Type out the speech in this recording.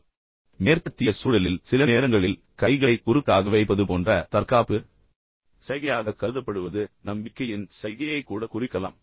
ஏனென்றால் மேற்கத்திய சூழலில் சில நேரங்களில் கைகளை குறுக்காக வைப்பது போன்ற தற்காப்பு சைகையாகக் கருதப்படுவது நம்பிக்கையின் சைகையைக் கூட குறிக்கலாம்